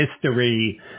history